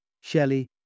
Shelley